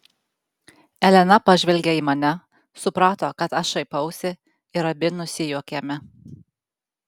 elena pažvelgė į mane suprato kad aš šaipausi ir abi nusijuokėme